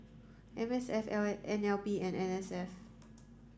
M S F L A N L B and N S F